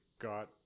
got